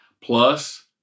plus